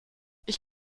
ich